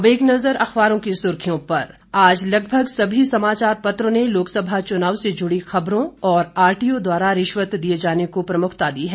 अब एक नज़र अखबारों की सुर्खियों पर आज लगभग सभी समाचार पत्रों ने लोकसभा चुनाव से जुड़ी खबरों और आरटीओ द्वारा रिश्वत दिए जाने को प्रमुखता दी है